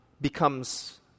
becomes